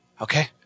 Okay